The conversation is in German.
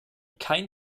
kein